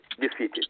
defeated